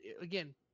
again